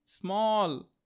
small